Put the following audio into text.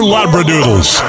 Labradoodles